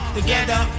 Together